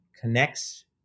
connects